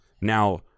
Now